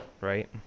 Right